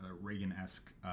Reagan-esque